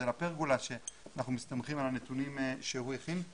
דלה פרגולה שאנחנו מסתמכים על הנתונים שהוא הכין.